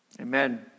Amen